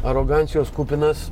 arogancijos kupinas